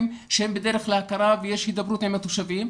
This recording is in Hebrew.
שהם בדרך להכרה ויש הידברות עם התושבים,